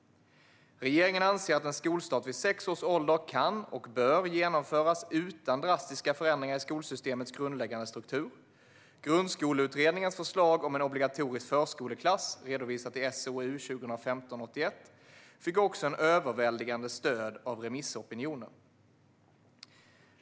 Regeringen anser att en skolstart vid sex års ålder kan och bör genomföras utan drastiska förändringar i skolsystemets grundläggande struktur. Grundskoleutredningens förslag om en obligatorisk förskoleklass, redovisat i SOU 2015:81, fick också ett överväldigande stöd av remissopinionen.